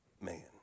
man